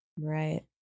Right